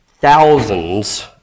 thousands